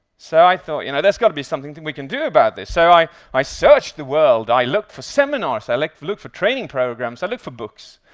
so i thought you know there's got to be something we can do about this, so i i searched the world, i looked for seminars, i looked for looked for training programs, i looked for books